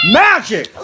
magic